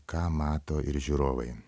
ką mato ir žiūrovai